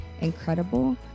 incredible